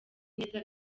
neza